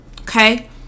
Okay